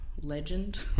Legend